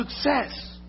success